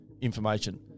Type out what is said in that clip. information